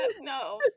no